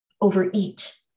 overeat